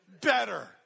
better